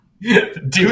Dude